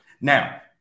Now